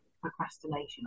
procrastination